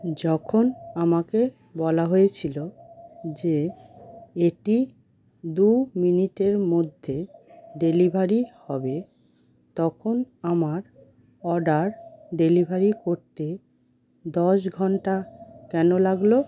যখন আমাকে বলা হয়েছিলো যে এটি দুই মিনিটের মধ্যে ডেলিভারি হবে তখন আমার অর্ডার ডেলিভারি করতে দশ ঘন্টা কেন লাগল